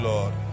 Lord